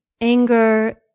anger